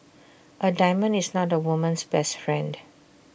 A diamond is not A woman's best friend